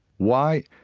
why?